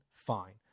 fine